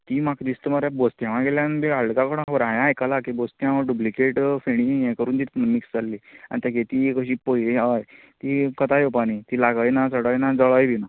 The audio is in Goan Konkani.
ती म्हाका दिसत् मरे बोस्त्यांवा गेल्यान बी हाळ गा कोणा खबर हांवें आयकलां की बोस्त्यांव डुब्लिकेट फेणी हें करून दिता म्हण मिक्स जाल्ली आन तेगे ती कशी पळय हय ती कोंता येवपा न्ही ती लागयना चडयना आन जळय बी ना